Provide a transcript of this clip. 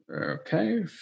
Okay